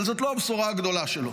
אבל זאת לא הבשורה הגדולה שלו.